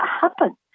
happen